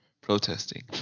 protesting